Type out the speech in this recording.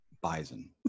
Bison